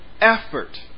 effort